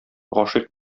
гашыйк